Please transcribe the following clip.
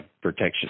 protection